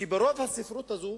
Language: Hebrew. שברוב הספרות הזאת